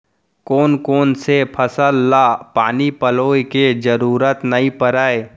कोन कोन से फसल ला पानी पलोय के जरूरत नई परय?